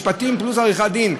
משפטים פלוס עריכת דין,